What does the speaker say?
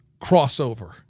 crossover